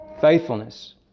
faithfulness